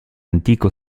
antico